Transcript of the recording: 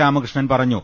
രാമകൃ ഷ്ണൻ പറഞ്ഞു